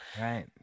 Right